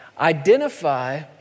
Identify